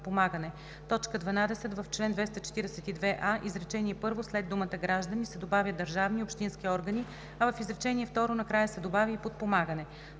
12. В чл. 242а, изречение първо след думата граждани се добавя „държавни и общински органи“, а в изречение второ накрая се добавя „и подпомагане“.